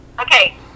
Okay